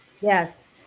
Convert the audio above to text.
Yes